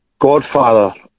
godfather